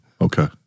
Okay